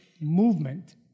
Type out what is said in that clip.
movement